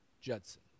Judson